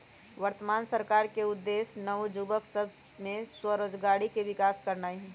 वर्तमान सरकार के उद्देश्य नओ जुबक सभ में स्वरोजगारी के विकास करनाई हई